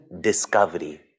discovery